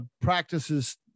practices